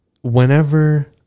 whenever